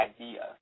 idea